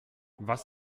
was